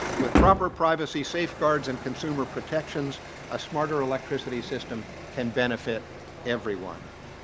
with proper privacy safeguards and consumer protections a smarter electricity system can benefit everyone.